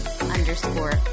underscore